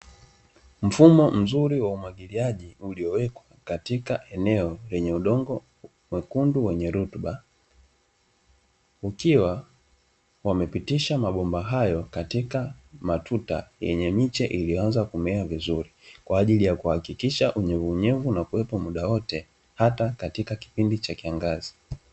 Mfumo mzuri wa umwagiliaji uliowekwa katika eneo lenye udongo mwekundu wenye rutuba, ikiwa wamepitisha mabomba hayo katika matuta yenye miche iliyoanza kumea vizuri, kwa ajili ya kuhakikisha unyevunyevu unakuwepo muda wote hata katika kipindi cha kiangazi.